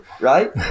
right